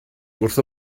wrth